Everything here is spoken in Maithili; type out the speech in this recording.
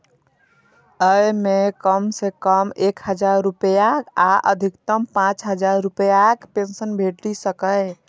अय मे कम सं कम एक हजार रुपैया आ अधिकतम पांच हजार रुपैयाक पेंशन भेटि सकैए